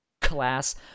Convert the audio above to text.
class